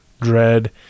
dread